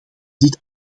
dit